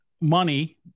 money